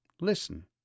Listen